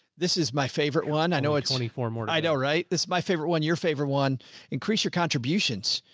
this is my favorite one. i know it's only four more. i know, right? this is my favorite one. your favorite one increase your contributions.